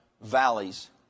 valleys